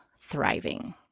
thriving